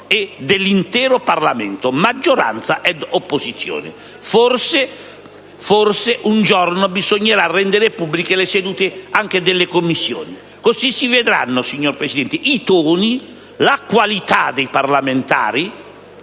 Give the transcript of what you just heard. e dell'intero Parlamento, maggioranza e opposizione. Forse un giorno bisognerà rendere pubbliche anche le sedute delle Commissioni così da far conoscere i toni, la qualità dei parlamentari